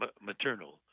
maternal